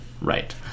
Right